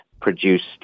produced